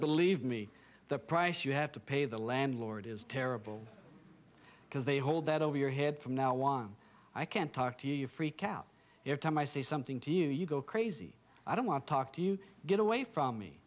believe me the price you have to pay the landlord is terrible because they hold that over your head from now on i can't talk to you freak out your time i say something to you you go crazy i don't want talk to you get away from me